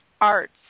arts